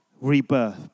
Rebirth